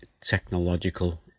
technological